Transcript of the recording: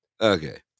Okay